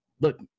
look